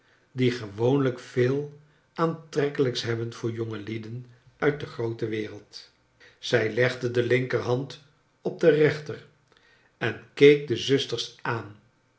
die gewoonlijk veel aantrekkelijks hebben voor jongelieden uit de groote wereld zij legde de linker hand op de reenter en keek de zusters aan